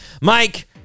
Mike